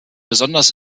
besonders